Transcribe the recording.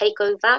Takeover